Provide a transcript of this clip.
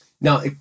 Now